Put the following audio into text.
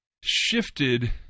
shifted